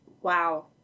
Wow